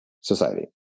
society